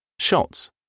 Shots